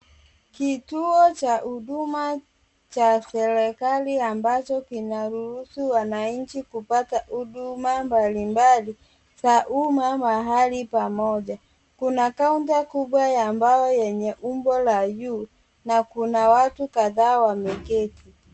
Kituo cha huduma cha serikali ambacho kinaruhusu wananchi kupata huduma mbalimbali za umma mahali pamoja. Kuna kaunta kubwa ya mbao yenye umbo la U na kuna watu kadhaa wameketi.